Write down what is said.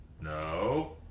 no